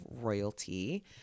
royalty